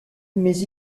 mais